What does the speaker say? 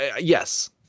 yes